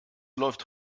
läuft